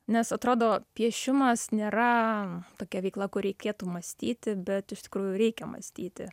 nes atrodo piešimas nėra tokia veikla kur reikėtų mąstyti bet iš tikrųjų reikia mąstyti